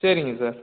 சரிங்க சார்